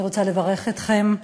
אני רוצה לברך אתכם.